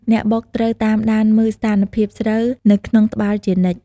អ្នកបុកត្រូវតាមដានមើលស្ថានភាពស្រូវនៅក្នុងត្បាល់ជានិច្ច។